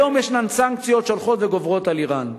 היום ישנן סנקציות שהולכות וגוברות על אירן,